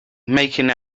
making